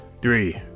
Three